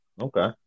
Okay